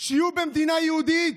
שיהיו במדינה יהודית.